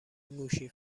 موشی